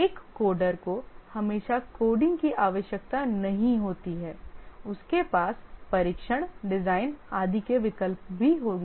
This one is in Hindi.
एक कोडर को हमेशा कोडिंग की आवश्यकता नहीं होती है उसके पास परीक्षण डिजाइन आदि के विकल्प भी होंगे